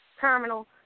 terminal